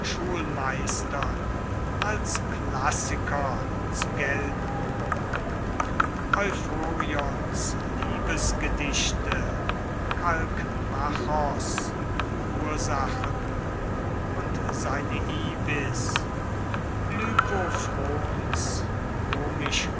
schulmeistern als klassiker zu gelten euphorions liebesgedichte kalkmachos ursachen und seine ibis lykophrons